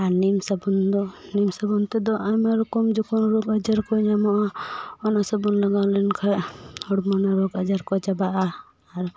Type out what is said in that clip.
ᱟᱨ ᱱᱤᱢ ᱥᱟᱵᱚᱱ ᱫᱚ ᱱᱤᱢ ᱥᱟᱵᱚᱱ ᱛᱮᱫᱚ ᱟᱭᱢᱟ ᱨᱚᱠᱚᱢ ᱡᱚᱠᱷᱚᱱ ᱨᱳᱜᱽ ᱟᱡᱟᱨ ᱠᱚ ᱧᱟᱢᱚᱜᱼᱟ ᱚᱱᱟ ᱥᱟᱵᱚᱱ ᱞᱟᱜᱟᱣ ᱞᱮᱱᱠᱷᱟᱱ ᱦᱚᱲᱢᱚ ᱨᱮᱱᱟᱜ ᱨᱳᱜᱽ ᱟᱡᱟᱨ ᱠᱚ ᱪᱟᱵᱟᱜᱼᱟ ᱟᱨ